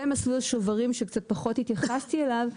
ומסלול שוברים שקצת פחות התייחסתי אליו,